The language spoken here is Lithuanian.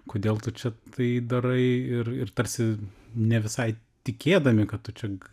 kodėl tu čia tai darai ir ir tarsi ne visai tikėdami kad tu čia